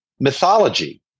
mythology